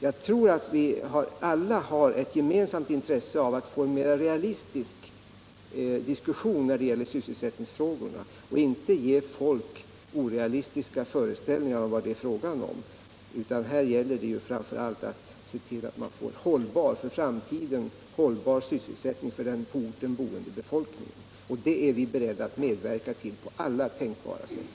Jag tror att alla har ett gemensamt intresse av att få en mer realistisk diskussion om sysselsättningsfrågorna, så att man inte ger folk orealistiska föreställningar om vad det är fråga om. Det gäller framför allt att se till att få en för framtiden hållbar sysselsättning för den på orten boende befolkningen — det är vi beredda att medverka till på alla tänkbara sätt.